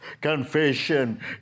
confession